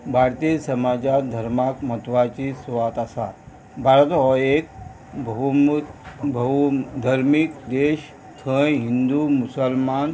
भारतीय समाजांत धर्माक म्हत्वाची सुवात आसा भारत हो एक भहू धर्मीक देश थंय हिंदू मुसलमान